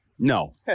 No